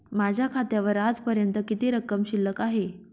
माझ्या खात्यावर आजपर्यंत किती रक्कम शिल्लक आहे?